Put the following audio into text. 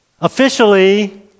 Officially